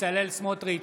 בצלאל סמוטריץ'